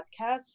podcasts